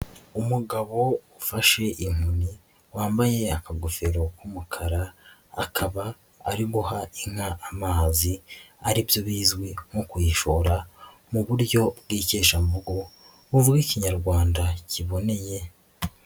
Umugabo ufashe inkoni wambaye akagofero k'umukara akaba ari guha inka amazi aribyo bizwi nko kuyishora mu buryo bw'ikeshamvugo buvuga ikinyarwanda kiboneye.